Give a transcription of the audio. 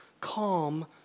calm